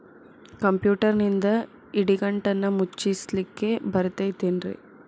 ಕಂಪ್ಯೂಟರ್ನಿಂದ್ ಇಡಿಗಂಟನ್ನ ಮುಚ್ಚಸ್ಲಿಕ್ಕೆ ಬರತೈತೇನ್ರೇ?